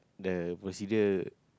the procedure